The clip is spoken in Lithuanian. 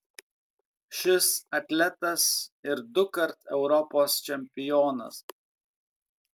šis atletas ir dukart europos čempionas